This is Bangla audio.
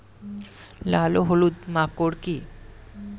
লাল ও হলুদ মাকর কী?